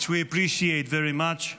which we appreciate very much.